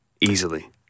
easily